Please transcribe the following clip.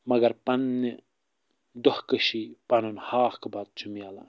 مگر پنٛنہِ دۄہ کٔشی پنُن ہاکھ بتہٕ چھُ مِلان